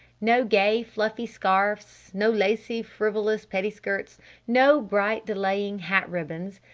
no gay, fluffy scarfs no lacey, frivolous pettiskirts no bright delaying hat-ribbons!